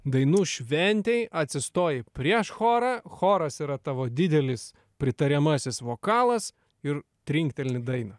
dainų šventėj atsistoji prieš chorą choras yra tavo didelis pritariamasis vokalas ir trinktelni dainą